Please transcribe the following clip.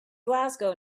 glasgow